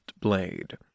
blade